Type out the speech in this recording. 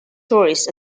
tourist